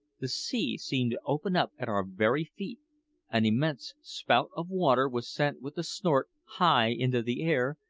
the sea seemed to open up at our very feet an immense spout of water was sent with a snort high into the air,